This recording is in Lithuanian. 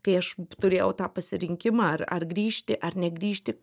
kai aš turėjau tą pasirinkimą ar grįžti ar negrįžti